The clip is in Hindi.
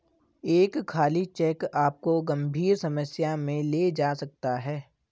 एक खाली चेक आपको गंभीर समस्या में ले जा सकता है